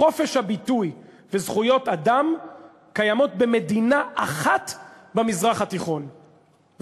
חופש הביטוי וזכויות אדם קיימים במדינה אחת במזרח התיכון,